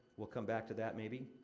we'll come back to that, maybe.